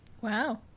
Wow